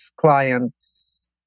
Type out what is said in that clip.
clients